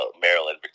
Maryland